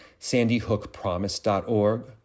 sandyhookpromise.org